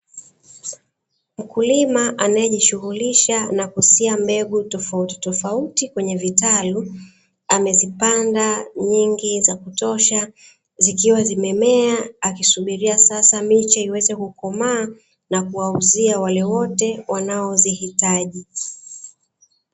Mkulima anayejishughulisha na kusia mbegu tofauti tofauti, kwenye vitalu, amezipanda nyingi za kutosha zikiwa zimemea akisubiria sasa miche iweze kukomaa na kuwauzia wale wote wanaozihitaji.